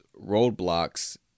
roadblocks